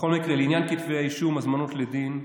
בכל מקרה, לעניין כתבי האישום, הזמנות לדין,